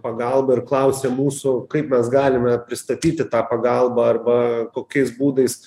pagalbą ir klausė mūsų kaip mes galime pristatyti tą pagalbą arba kokiais būdais